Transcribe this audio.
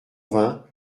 vingt